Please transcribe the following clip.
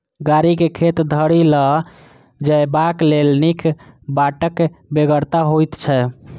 गाड़ी के खेत धरि ल जयबाक लेल नीक बाटक बेगरता होइत छै